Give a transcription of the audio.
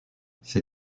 ces